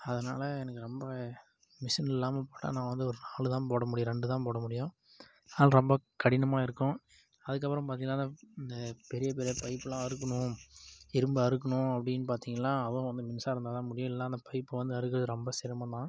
அதனால எனக்கு ரொம்ப மிஷின் இல்லாம போட்டா நான் வந்து ஒரு நாலுதான் போட முடியும் ரெண்டுதான் போட முடியும் அதனால் ரொம்ப கடினமாக இருக்கும் அதுக்கு அப்புறம் பார்த்திங்கனா அந்த இந்த பெரிய பெரிய பைப்புலாம் அறுக்கணும் இரும்ப அறுக்கணும் அப்படின் பார்த்திங்கள்னா அதுவும் வந்து மின்சாரம் இருந்தாதான் முடியும் இல்லைனா அந்த பைப்பு வந்து அறுக்கிறது ரொம்ப சிரமந்தான்